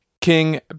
King